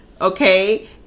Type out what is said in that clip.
okay